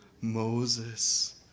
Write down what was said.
Moses